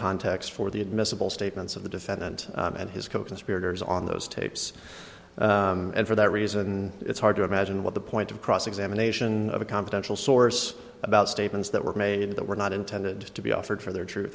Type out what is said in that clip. context for the admissible statements of the defendant and his coconspirators on those tapes and for that reason it's hard to imagine what the point of cross examination of a confidential source about statements that were made that were not intended to be offered for their tru